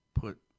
put